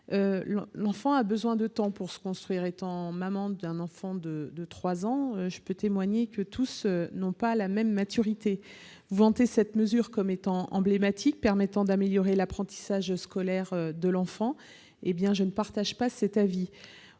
enfants ont besoin de temps pour se construire ; étant moi-même maman d'un enfant de 3 ans, je peux témoigner que tous n'ont pas la même maturité. Cette mesure, vantée comme emblématique, permettrait nous dit-on d'améliorer l'apprentissage scolaire de l'enfant. Je ne partage pas cet avis.